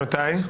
מתי?